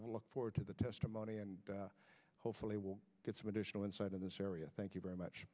will look forward to the testimony and hopefully we'll get some additional insight in this area thank you very much